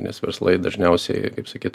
nes verslai dažniausiai kaip sakyt